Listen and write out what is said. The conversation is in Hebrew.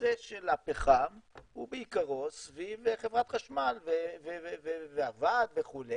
הנושא של הפחם הוא בעיקרו סביב חברת חשמל והוועד וכו',